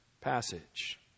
passage